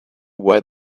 why